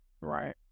right